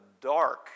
dark